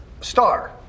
Star